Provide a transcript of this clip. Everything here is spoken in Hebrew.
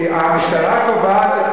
מי שקובע זה המשטרה והפרקליטות.